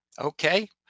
okay